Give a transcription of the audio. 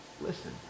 Listen